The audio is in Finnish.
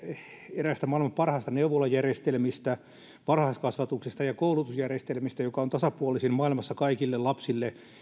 eräästä maailman parhaista neuvolajärjestelmistä varhaiskasvatuksesta ja koulutusjärjestelmästä joka on tasapuolisin maailmassa kaikille lapsille